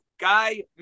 guy